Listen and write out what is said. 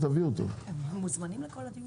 הם מוזמנים לכל הדיונים.